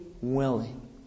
willing